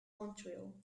montreal